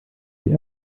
die